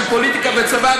של פוליטיקה וצבא,